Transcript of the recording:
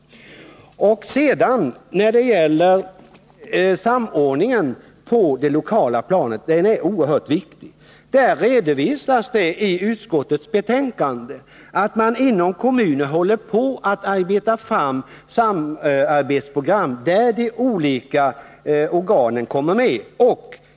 Samordningen på det lokala planet är också oerhört viktig. I utskottets betänkande redovisas att man inom kommuner håller på att arbeta fram ett samarbetsprogram där de olika organen kommer med.